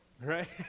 right